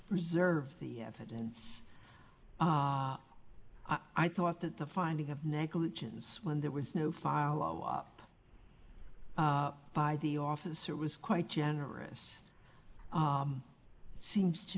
preserve the evidence i thought that the finding of negligence when there was no follow up by the officer was quite generous seems to